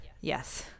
yes